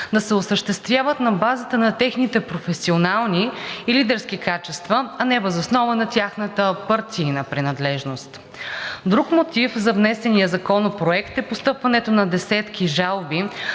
да се осъществяват на базата на техните професионални и лидерски качества, а не въз основа на тяхната партийна принадлежност. Друг мотив за внесения законопроект е постъпването на десетки жалби